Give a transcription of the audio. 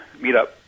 meetup